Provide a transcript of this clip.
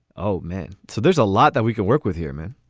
oh, man. so there's a lot that we can work with here, man.